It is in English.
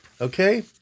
okay